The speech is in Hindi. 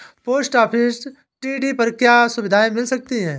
पोस्ट ऑफिस टी.डी पर क्या सुविधाएँ मिल सकती है?